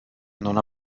non